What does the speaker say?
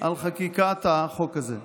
החוק הזה.